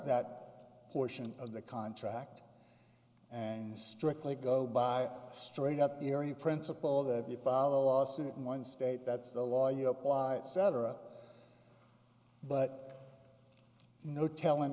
that portion of the contract and strictly go by straight up the airy principle that we follow a lawsuit in one state that's the law you apply cetera but no telling